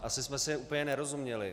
Asi jsme si úplně nerozuměli.